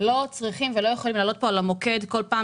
לא צריכים לעלות פה על המוקד כל פעם